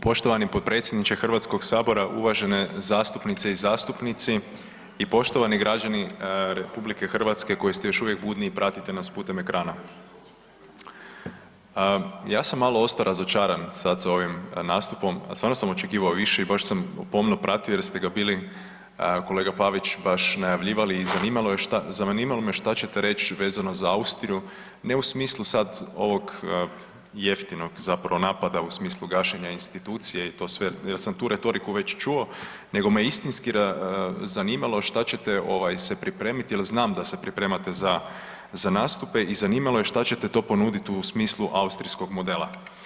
Poštovani potpredsjedniče Hrvatskog sabora, uvažene zastupnice i zastupnici i poštovani građani RH koji ste još uvijek budni i pratite nas putem ekrana, ja sam malo ostao razočaran sad sa ovim nastupom, stvarno sam očekivao više i baš sam pomno pratio jer ste ga bili kolega Pavić baš najavljivali i zanimalo me šta ćete reći vezano za Austriju ne u smislu sad ovog jeftinog zapravo napada u smislu gašenja institucije jer sam tu retoriku već čuo, nego zanimalo šta ćete se ovaj pripremiti jer znam da se pripremate za nastupe i zanimalo me šta ćete to ponuditi u smislu austrijskog modela.